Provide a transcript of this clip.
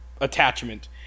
attachment